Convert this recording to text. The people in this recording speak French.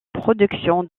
production